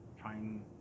trying